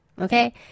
okay